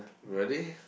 really